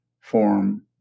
form